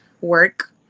work